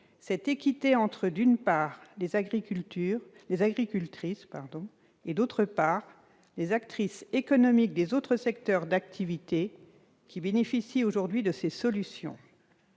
cette équité entre, d'une part, les agricultrices et, d'autre part, les actrices économiques des autres secteurs d'activité qui bénéficient aujourd'hui de ces solutions